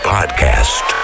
Podcast